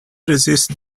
resist